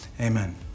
amen